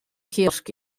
kiosk